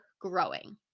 growing